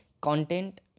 content